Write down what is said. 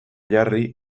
jarri